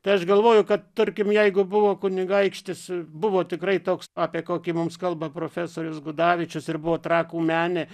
tai aš galvoju kad tarkim jeigu buvo kunigaikštis buvo tikrai toks apie kokį mums kalba profesorius gudavičius ir buvo trakų menė